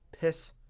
Piss